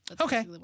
okay